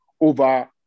over